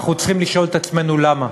אנחנו צריכים לשאול את עצמנו למה,